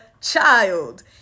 child